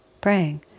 praying